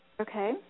Okay